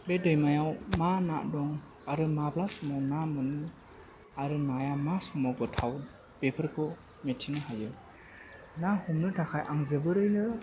बे दैमाआव मा ना दं आरो माब्ला समआव ना मोनो आरो नाया मा समाव गोथाव बेफोरखौ मिथिनो हायो ना हमनो थाखाय आं जोबोरैनो